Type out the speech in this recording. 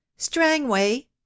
Strangway